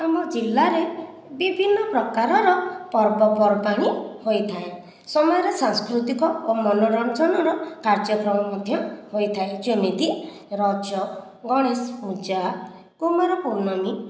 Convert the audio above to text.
ଆମ ଜିଲ୍ଲାରେ ବିଭିନ୍ନ ପ୍ରକାରର ପର୍ବ ପର୍ବାଣୀ ହୋଇଥାଏ ସମୟରେ ସାଂସ୍କୃତିକ ଓ ମନୋରଞ୍ଜନ କାର୍ଯ୍ୟକ୍ରମ ମଧ୍ୟ ହୋଇଥାଏ ଯେମିତି ରଜ ଗଣେଶପୂଜା କୁମାରପୂର୍ଣ୍ଣମୀ